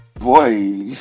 Boy